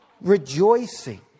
rejoicing